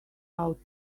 out